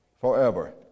forever